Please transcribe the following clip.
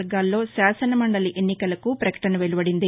వర్గాల్లో శాసనమందలి ఎన్నికలకు పకటన వెలువడింది